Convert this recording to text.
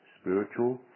spiritual